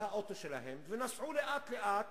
באוטו שלהם, ונסעו לאט-לאט